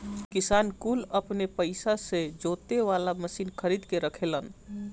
किसान कुल अपने पइसा से जोते वाला मशीन खरीद के रखेलन